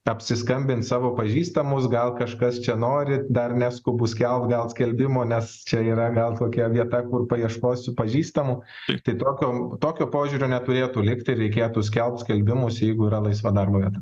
apsiskambint savo pažįstamus gal kažkas čia nori dar neskubu skelbt gal skelbimo nes čia yra gal kokia vieta kur paieškosiu pažįstamų tai tokio tokio požiūrio neturėtų likti ir reikėtų skelbt skelbimus jeigu yra laisva darbo vieta